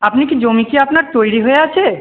আপনি কি জমি কি আপনার তৈরি হয়ে আছে